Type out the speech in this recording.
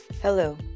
Hello